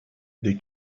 they